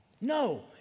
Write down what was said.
No